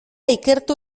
ikertu